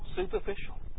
superficial